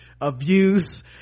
abuse